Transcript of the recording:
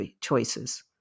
choices